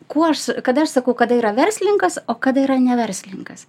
kuo aš kada aš sakau kada yra verslinkas o kada yra ne verslinkas